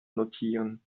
notieren